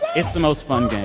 it's the most fun game.